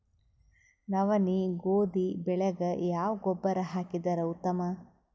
ನವನಿ, ಗೋಧಿ ಬೆಳಿಗ ಯಾವ ಗೊಬ್ಬರ ಹಾಕಿದರ ಉತ್ತಮ?